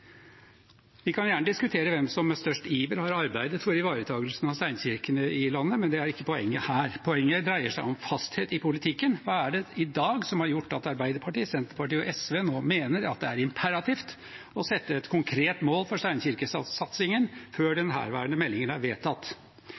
Vi kan gjerne diskutere hvem som med størst iver har arbeidet for ivaretagelsen av steinkirkene i landet, men det er ikke poenget her. Poenget dreier seg om fasthet i politikken. Hva er det i dag som har gjort at Arbeiderpartiet, Senterpartiet og SV nå mener at det er imperativt å sette et konkret mål for steinkirkesatsingen før den herværende meldingen er vedtatt?